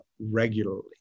regularly